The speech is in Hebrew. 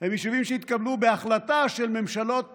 הם יישובים שהתקבלו בהחלטה של ממשלות